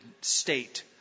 state